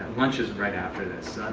lunch is right after this.